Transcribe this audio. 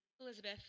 Elizabeth